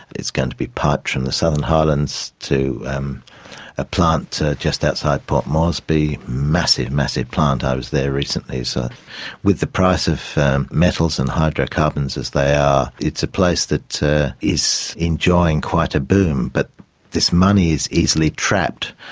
it's going to be piped from the southern highlands to um a plant just outside port moresby massive, massive plant. i was there recently. so with the price of metals and hydrocarbons as they are, it's a place that is enjoying quite a boom, but this money is easily trapped.